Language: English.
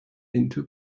into